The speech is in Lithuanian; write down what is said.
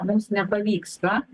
mums nepavyksta